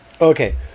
Okay